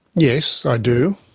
yes, i do.